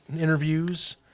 interviews